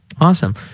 Awesome